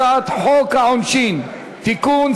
על הצעת חוק העונשין (תיקון,